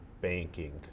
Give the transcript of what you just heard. banking